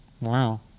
wow